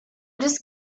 just